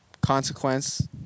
consequence